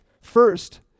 First